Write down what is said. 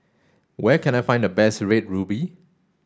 where can I find the best red ruby